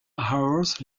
hours